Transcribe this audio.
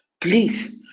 please